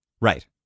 Right